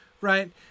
right